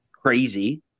crazy